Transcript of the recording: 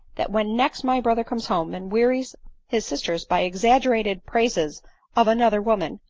that when next my brother comes home and wearies his sisters by exaggera ted praises of another woman,